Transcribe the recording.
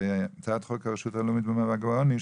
הצעת חוק הרשות הלאומית למאבק בעוני,